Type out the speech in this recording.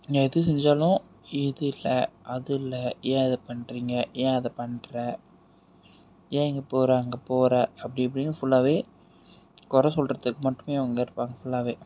நான் எது செஞ்சாலும் இதுல்லை அதுல்லை ஏன் அதை பண்ணுறிங்க ஏன் அதை பண்ணுற ஏன் இங்கே போகற அங்கே போகற அப்படி இப்படின்னு ஃபுல்லாகவே குர சொல்லுறதுக்கு மட்டுமே அவங்கருப்பாங்க ஃபுல்லாகவே